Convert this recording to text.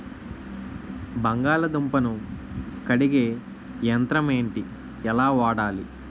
బంగాళదుంప ను కడిగే యంత్రం ఏంటి? ఎలా వాడాలి?